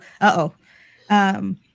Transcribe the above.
Uh-oh